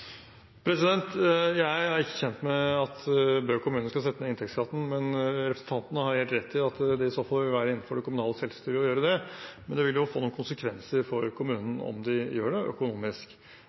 Jeg er ikke kjent med at Bø kommune skal sette ned inntektsskatten, men representanten har helt rett i at det i så fall vil være innenfor det kommunale selvstyret å gjøre det. Det vil få noen konsekvenser økonomisk for kommunen om man gjør det.